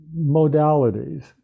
modalities